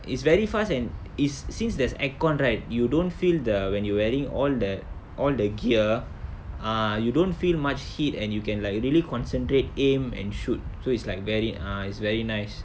is very fast and since there's aircon right you don't feel the when you wearing all the all the gear ah you don't feel much heat and you can like really concentrate aim and shoot so it's like very ah it's very nice